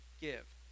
give